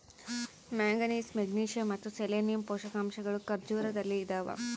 manganese magnesium ಮತ್ತು selenium ಪೋಷಕಾಂಶಗಳು ಖರ್ಜೂರದಲ್ಲಿ ಇದಾವ